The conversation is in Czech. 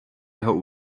jeho